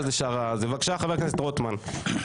בבקשה, חבר הכנסת רוטמן.